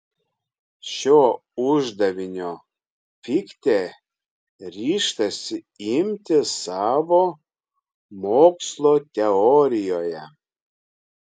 šio uždavinio fichtė ryžtasi imtis savo mokslo teorijoje